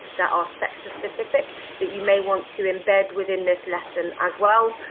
that are sector specific that you may want to embed within this lesson as well.